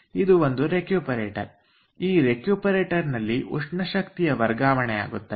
ಇದು ಒಂದು ರೆಕ್ಯೂಪರೇಟರ್ ಈ ರೆಕ್ಯೂಪರೇಟರ್ ನಲ್ಲಿ ಉಷ್ಣ ಶಕ್ತಿಯ ವರ್ಗಾವಣೆ ಆಗುತ್ತದೆ